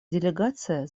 делегация